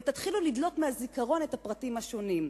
ותתחילו לדלות מהזיכרון את הפרטים השונים.